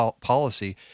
policy